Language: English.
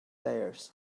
layers